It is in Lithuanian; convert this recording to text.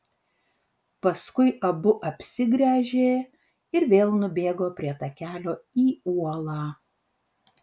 paskui abu apsigręžė ir vėl nubėgo prie takelio į uolą